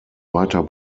weiter